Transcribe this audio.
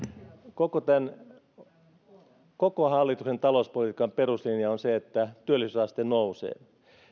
koko hallituksen talouspolitiikan peruslinja on se että työllisyysaste nousee